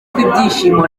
ibyishimo